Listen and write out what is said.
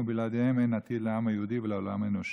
ובלעדיהם אין עתיד לעם היהודי ולעולם האנושי.